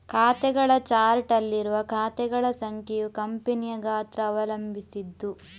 ಖಾತೆಗಳ ಚಾರ್ಟ್ ಅಲ್ಲಿ ಇರುವ ಖಾತೆಗಳ ಸಂಖ್ಯೆಯು ಕಂಪನಿಯ ಗಾತ್ರ ಅವಲಂಬಿಸಿದ್ದು